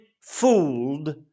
fooled